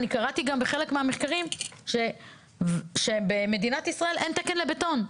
אני קראתי גם בחלק מהמחקרים שבמדינת ישראל אין תקן לבטון.